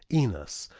enos,